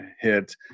hit